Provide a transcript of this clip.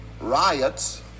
riots